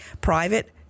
Private